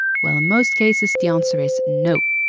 well, in most cases, the answer is no.